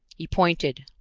he pointed.